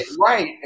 right